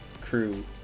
crew